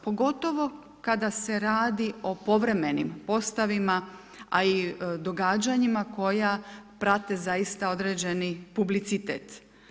Pogotovo kada se radi o povremenim postavima, a i događanjima koja prate zaista određeni publicitet.